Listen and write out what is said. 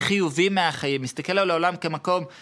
חיובי מהחיים, מסתכל על העולם כמקום.